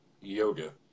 Yoga